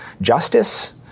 Justice